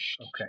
Okay